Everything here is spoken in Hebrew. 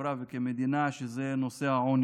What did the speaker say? ארגוני הטרור לא יוכל לכהן כחבר כנסת במדינת ישראל.